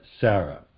Sarah